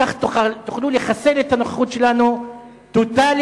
כך תוכלו לחסל טוטלית את הנוכחות שלנו בכנסת,